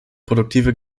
produktive